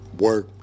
work